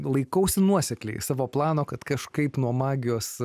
laikausi nuosekliai savo plano kad kažkaip nuo magijos